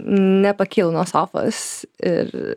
nepakylu nuo sofos ir